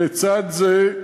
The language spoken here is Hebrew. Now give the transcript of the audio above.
לצד זה,